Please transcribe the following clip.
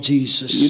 Jesus